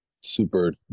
super